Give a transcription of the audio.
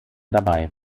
dabei